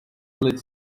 leads